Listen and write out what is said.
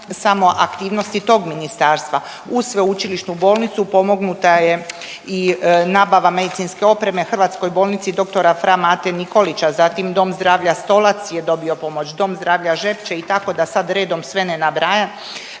samo aktivnosti tog ministarstva. Uz Sveučilišnu bolnicu pomognuta je i nabava medicinske opreme hrvatskoj bolnici Fra Mate Nikolića, zatim Dom zdravlja Stolac je dobio pomoć, Dom zdravlja Žepče i tako da sad redom sve ne nabrajam,